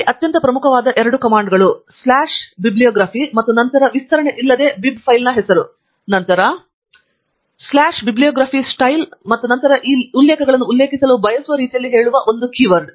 ಇಲ್ಲಿ ಅತ್ಯಂತ ಪ್ರಮುಖವಾದ ಎರಡು ಕಮಾಂಡ್ಗಳು ಬೈಬ್ಲಿಯೋಗ್ರಫಿ ಮತ್ತು ನಂತರ ವಿಸ್ತರಣೆ ಇಲ್ಲದೆ ಬಿಬ್ ಫೈಲ್ನ ಹೆಸರು ಮತ್ತು ನಂತರ ಬೈಬ್ಲಿಯೋಗ್ರಫಿ ಸ್ಟೈಲ್ ಮತ್ತು ನಂತರ ನೀವು ಉಲ್ಲೇಖಗಳನ್ನು ಉಲ್ಲೇಖಿಸಲು ಬಯಸುವ ರೀತಿಯಲ್ಲಿ ಹೇಳುವ ಒಂದು ಕೀವರ್ಡ್